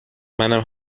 منم